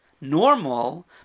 normal